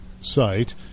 site